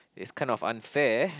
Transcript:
it's kind of unfair